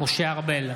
משה ארבל,